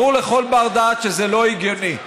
ברור לכל בר-דעת שזה לא הגיוני.